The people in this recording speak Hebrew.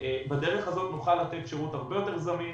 בדרך הזאת נוכל לתת שירות הרבה יותר זמין,